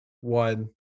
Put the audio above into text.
one